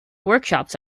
workshops